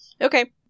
Okay